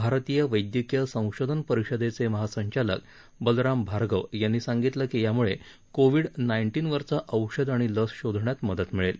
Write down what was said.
भारतीय वैद्यकीय संशोधन परिषदेचे महासंचालक बलराम भार्गव यांनी सांगितलं की यामूळे कोविड नाइन्टीन वरचं औषध आणि लस शोधण्यात मदत मिळेल